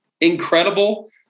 incredible